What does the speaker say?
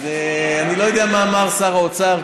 אז אני לא יודע מה אמר שר האוצר,